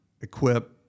equip